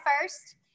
first